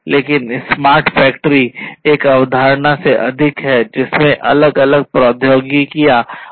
लेकिन smart factory एक अवधारणा से अधिक है जिसमें अलग अलग प्रौद्योगिकियों और विभिन्न घटक है